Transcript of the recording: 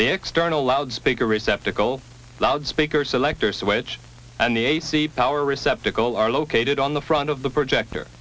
the external loudspeaker receptacle loudspeakers selector switch and the ac power receptacles are located on the front of the projector